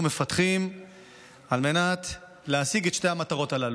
מפתחים על מנת להשיג את שתי המטרות הללו: